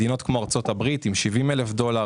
בארצות הברית התוצר לנפש הוא 70,000 דולר,